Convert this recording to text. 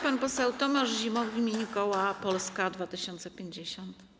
Pan poseł Tomasz Zimoch w imieniu koła Polska 2050.